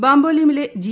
ബാംബോലിമിലെ G